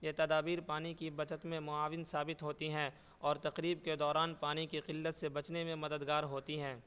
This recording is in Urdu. یہ تدابیر پانی کی بچت میں معاون ثابت ہوتی ہیں اور تقریب کے دوران پانی کے قلت سے بچنے میں مددگار ہوتی ہیں